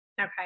Okay